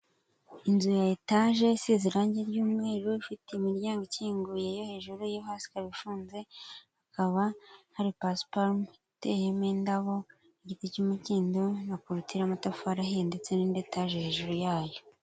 Inzu ya etaje, isize rangi ry'umweru, ifite imiryango ikinguye yo hejuru; iyo hasi ikaba ifunze; hakaba hari pasiparume iteyemo indabo; igiti cy'umukindo na korutire y'amatafari ahiye ndetse n'indi etaje hejuru yayo.